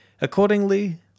Accordingly